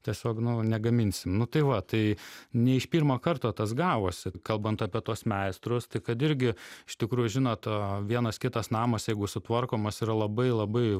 tiesiog negaminsim nu tai va tai ne iš pirmo karto tas gavosi kalbant apie tuos meistrus tai kad irgi iš tikrųjų žinot vienas kitas namas jeigu sutvarkomas yra labai labai